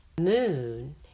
moon